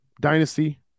dynasty